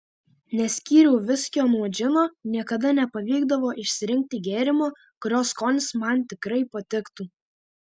neskyriau viskio nuo džino niekada nepavykdavo išsirinkti gėrimo kurio skonis man tikrai patiktų